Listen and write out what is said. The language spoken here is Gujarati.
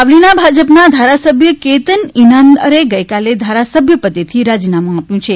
સાવલીના ભાજપના ધારાસભ્ય કેતન ઇમાનદારે ગઈકાલે ધારાસભ્યપદેથી રાજીનામું આપ્યું છે